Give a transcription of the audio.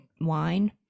wine